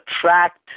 attract